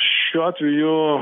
šiuo atveju